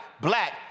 black